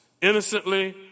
innocently